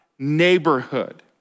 Neighborhood